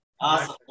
Awesome